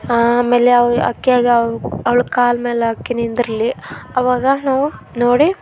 ಆಮೇಲೆ ಅವು ಅಕ್ಕಿಯಲ್ಲಿ ಅವು ಅವಳ ಕಾಲು ಮೇಲೇಆಕೆ ನಿಂದಿರಲಿ ಅವಾಗ ನಾವು ನೋಡಿ